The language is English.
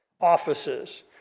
offices